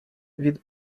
від